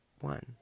one